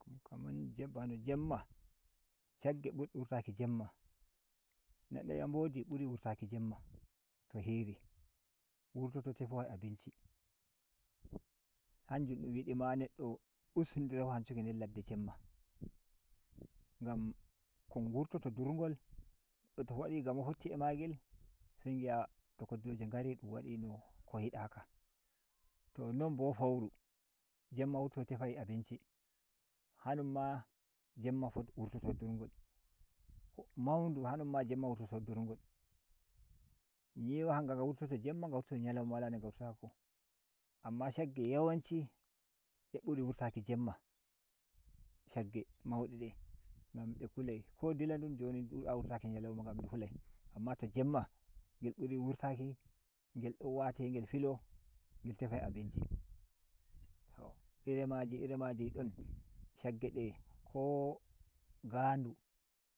Kaman bano Jemma shagge burde wurtaki Jemma na daya mbodi buri wurtaki Jemma to hiri wurtoto tefowai abinci Jemma to hiri wurtoto tefowai abivi hanjum dun yidi ma neddo ustidira wanshuki nder ladde Jemma ngam kon ngurtoto dur ngol neddo to wadi gamo fotti a magel se ngi’a to koddiroje ngari dun wadino ko yadi ka to non bo fouru Jemma wurtoto tefai abinci hanumma Jemma wurtoto durgol maudu ha’yum ma Jemma wurtoto durgol nyiwa hanga nga wurtoto Jemma nga wurto to ‘yalauwa wala nde nga wurtatako amma shagge yawanci de buri wurtaki Jemma shagge maudede ngam de kulai ko dila dum du dnda wurtaki nyalauma ngam du hulai amma to Jemma ngel buri wurtaki ngel dn wansha a ngel filo ngel tefai abinci to iri maji iri maji di ɗon shagge de ko ga ndu.